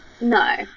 No